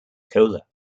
cola